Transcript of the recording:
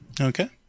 Okay